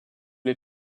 les